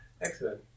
Excellent